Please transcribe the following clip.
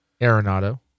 Arenado